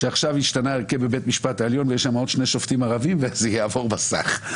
אם עכשיו הכנסת הזאת תרצה לחוקק מחדש חודש גיוס --- לא,